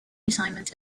assignment